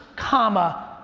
comma,